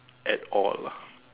at all lah